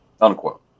Unquote